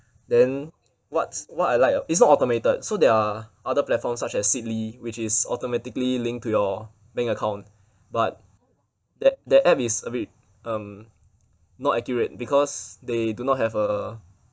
then what's what I like it's not automated so there are other platforms such as seedly which is automatically linked to your bank account but that that app is a bit um not accurate because they do not have uh